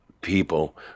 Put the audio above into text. people